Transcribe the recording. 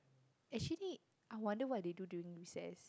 actually I wonder what they do during recess